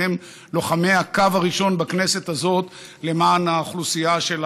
שניהם לוחמי הקו הראשון בכנסת הזאת למען האוכלוסייה של